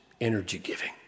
energy-giving